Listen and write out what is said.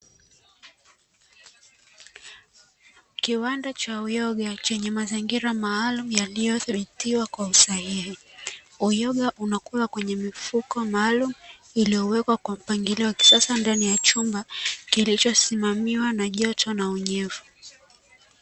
Kiwanda cha uyoga chenye mazingira maalumu, yaliyothibitiwa kwa usahihi. Uyoga unakua kwenye mifuko maalumu iliyowekwa kwa mpangilio wa kisasa ndani ya chumba, kilichosimamiwa na joto na unyevu.